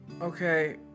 Okay